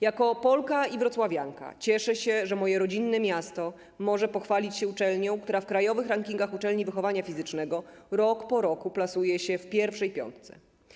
Jako Polka i wrocławianka cieszę się, że moje rodzinne miasto może pochwalić się uczelnią, która w krajowych rankingach uczelni wychowania fizycznego rok po roku plasuje się w pierwszej piątce.